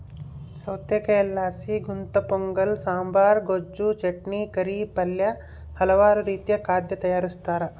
ಸೌತೆಕಾಯಿಲಾಸಿ ಗುಂತಪೊಂಗಲ ಸಾಂಬಾರ್, ಗೊಜ್ಜು, ಚಟ್ನಿ, ಕರಿ, ಪಲ್ಯ ಹಲವಾರು ರೀತಿಯ ಖಾದ್ಯ ತಯಾರಿಸ್ತಾರ